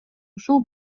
ушул